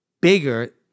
bigger